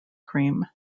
cream